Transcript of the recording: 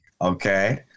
Okay